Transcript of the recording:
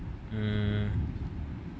mmhmm